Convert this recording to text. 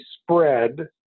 spread